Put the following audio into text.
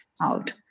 out